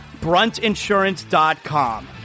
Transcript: Bruntinsurance.com